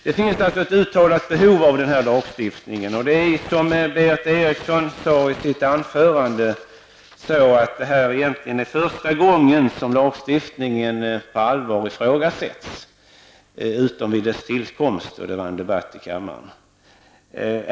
Det finns alltså ett uttalat behov av den är lagstiftningen, och som Berith Eriksson sade i sitt anförande är det nu egentligen första gången som lagstiftningen på allvar ifrågasätts, utom vid dess tillkomst då det var en debatt i kammaren.